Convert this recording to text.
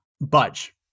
budge